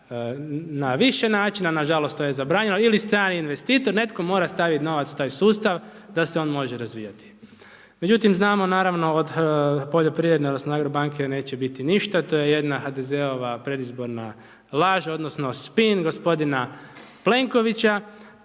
na više načina, nažalost, to je zabranjeno ili strani investitor, netko mora staviti novac u taj sustav, da se može razvijati. Međutim, znamo naravno od poljoprivrede, odnosno AGRO banke neće biti ništa, to je jedna HDZ-ova predizborna laž, odnosno, spin gospodina Plenkovića,